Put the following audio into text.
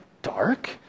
Dark